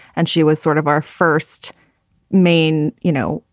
and she was sort of our first main, you know,